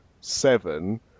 seven